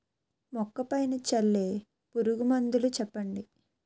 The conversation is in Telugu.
మొక్క పైన చల్లే పురుగు మందులు చెప్పండి?